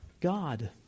God